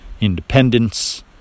independence